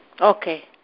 Okay